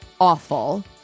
awful